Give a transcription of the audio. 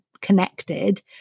Connected